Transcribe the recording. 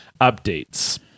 updates